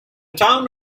town